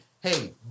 hey